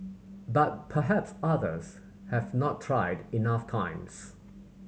but perhaps others have not tried enough times